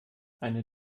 eine